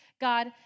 God